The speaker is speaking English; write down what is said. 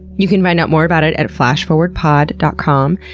you can find out more about it at flashforwardpod dot com,